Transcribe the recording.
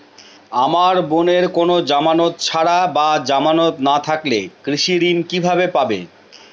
আমার বোনের কোন জামানত ছাড়া বা জামানত না থাকলে কৃষি ঋণ কিভাবে পাবে?